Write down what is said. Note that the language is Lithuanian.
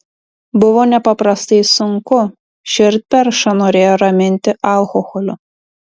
buvo nepaprastai sunku širdperšą norėjo raminti alkoholiu